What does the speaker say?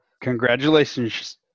Congratulations